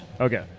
Okay